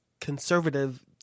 conservative